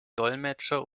dolmetscher